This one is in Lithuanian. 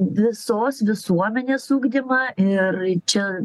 visos visuomenės ugdymą ir čia